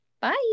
Bye